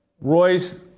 Royce